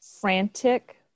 Frantic